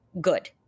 good